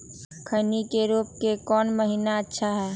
खैनी के रोप के कौन महीना अच्छा है?